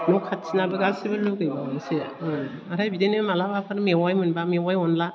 न' खाथिनाबो गासिबो लुगैबावोसो ओमफ्राय बिदिनो मालाबाफोर मेवाइ मोनबा मेवाइ अनदला